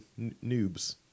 noobs